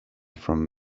from